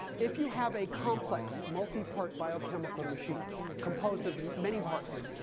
if you have a complex multipart biochemical machine composed of many parts,